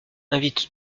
invite